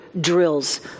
drills